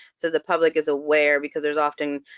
so the public is aware. because there's often